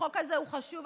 החוק הזה הוא חשוב.